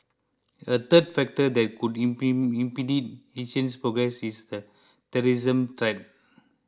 a third factor that could impede Asia's progress is the terrorism threat